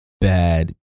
bad